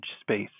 space